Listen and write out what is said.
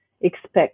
expect